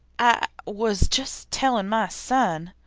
i was just telling my son,